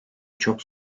çok